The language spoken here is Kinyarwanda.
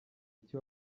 iki